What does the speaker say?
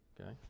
okay